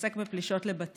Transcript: שעוסק בפלישות לבתים: